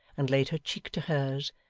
and laid her cheek to hers,